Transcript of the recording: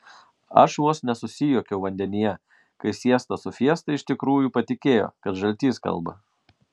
aš vos nesusijuokiau vandenyje kai siesta su fiesta iš tikrųjų patikėjo kad žaltys kalba